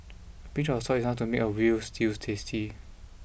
pinch of salt is enough to make a veal stew tasty